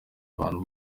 ahantu